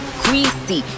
greasy